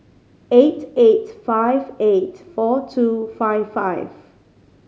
eight eight five eight four two five five